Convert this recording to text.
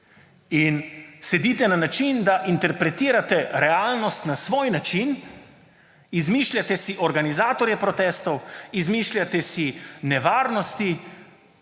In sedite na način, da interpretirate realnost na svoj način, izmišljate si organizatorje protestov, izmišljate si nevarnosti,